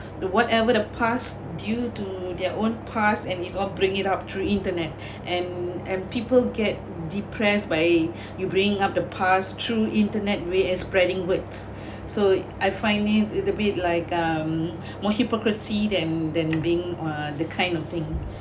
the whatever the past due to their own past and his own bringing it up through internet and and people get depressed buying you bringing up the past through internet way as spreading words so I find these a bit like um more hypocrisy than than being uh the kind of thing